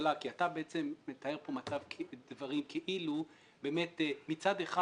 הממשלה כי אתה מתאר פה מצב דברים כאילו מצד אחד